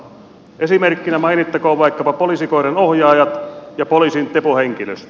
esimerkkinä mainittakoon vaikkapa poliisikoiran ohjaajat ja poliisin tepo henkilöstö